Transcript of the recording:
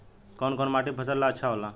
कौन कौनमाटी फसल ला अच्छा होला?